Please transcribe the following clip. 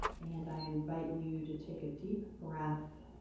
and i invite you to take a deep breath.